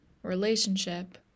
relationship